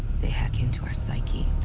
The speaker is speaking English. they hack into our psyche,